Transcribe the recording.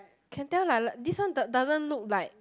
can tell lah like this one does doesn't look like